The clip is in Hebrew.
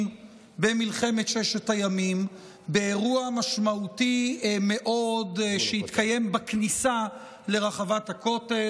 במלחמת ששת הימים באירוע משמעותי מאוד שהתקיים בכניסה לרחבת הכותל.